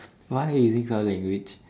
why are you using colour language